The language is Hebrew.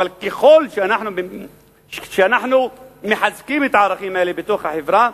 אבל ככל שאנחנו מחזקים את הערכים האלה בתוך החברה,